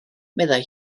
meddai